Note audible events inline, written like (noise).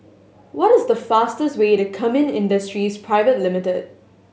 what is the fastest way to Kemin Industries (unintelligible) Limited